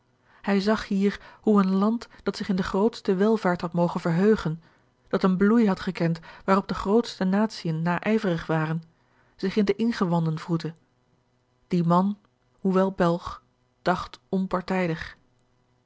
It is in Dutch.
hij zag hier hoe een land dat zich in de grootste welvaart had mogen verheugen dat een bloei had gekend waarop de grootste natiën naijverig waren zich in de ingewanden wroette die man hoewel belg dacht onpartijdig